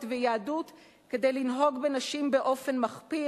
ויהדות כדי לנהוג בנשים באופן מחפיר.